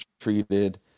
treated